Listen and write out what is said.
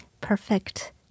Perfect